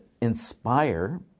inspire